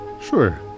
Sure